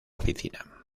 oficina